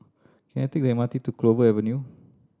can I take the M R T to Clover Avenue